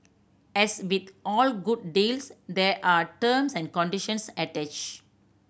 as with all good deals there are terms and conditions attached